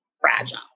fragile